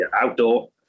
outdoor